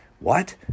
What